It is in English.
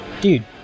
Dude